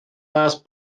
last